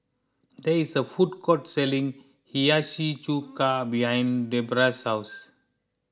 there is a food court selling Hiyashi Chuka behind Deborah's house